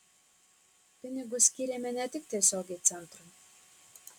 pinigus skyrėme ne tik tiesiogiai centrui